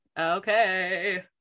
okay